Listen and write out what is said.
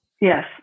Yes